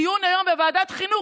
דיון היום בוועדת חינוך,